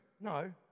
No